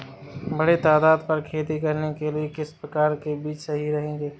बड़े तादाद पर खेती करने के लिए किस प्रकार के बीज सही रहेंगे?